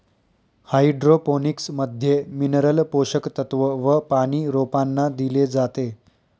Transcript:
hydroponics मध्ये mineral पोषक तत्व व पानी रोपांना दिले जाते